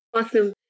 awesome